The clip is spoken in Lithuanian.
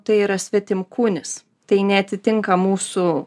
tai yra svetimkūnis tai neatitinka mūsų